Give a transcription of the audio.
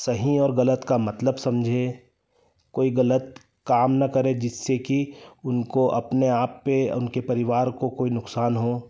सही और गलत का मतलब समझें कोई गलत काम न करें जिससे कि उनको अपने आप पर उनके परिवार को कोई नुकसान हो